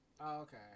Okay